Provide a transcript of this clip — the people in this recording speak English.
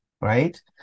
right